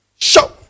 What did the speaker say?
Show